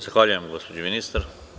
Zahvaljujem, gospođo ministar.